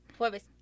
Jueves